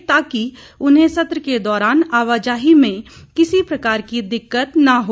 ताकि उन्हें सत्र के दौरान आवाजाही में किसी प्रकार की दिक्कत न हो